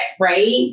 right